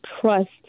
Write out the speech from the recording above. trust